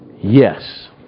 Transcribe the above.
Yes